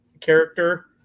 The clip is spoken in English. character